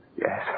Yes